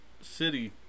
city